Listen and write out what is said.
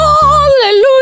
Hallelujah